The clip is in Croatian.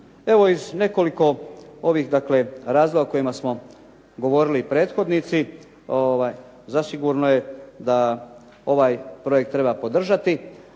ovih dakle, razloga o kojima su govorili i prethodnici, zasigurno je da ovaj projekt treba podržati.